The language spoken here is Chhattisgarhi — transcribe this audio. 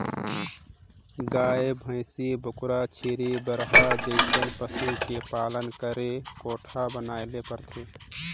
गाय, भइसी, बोकरा, छेरी, बरहा जइसन पसु के पालन करे कोठा बनाये ले परथे